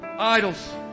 Idols